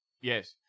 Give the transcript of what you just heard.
Yes